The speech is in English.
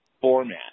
format